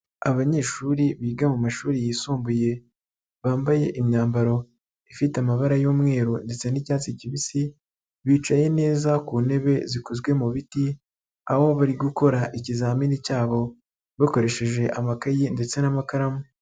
Abanyeshuri biga mu mashuri yisumbuye, bambaye imyambaro ifite amabara y'umweru ndetse n'icyatsi kibisi, bicaye neza ku ntebe zikozwe mu biti, aho bari gukora ikizamini cyabo bakoresheje amakaye ndetse n'amakaramu.